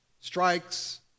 strikes